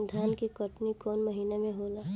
धान के कटनी कौन महीना में होला?